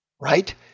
right